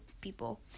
people